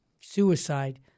suicide